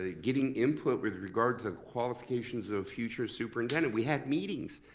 ah getting input with regard to qualifications of future superintendent. we had meetings,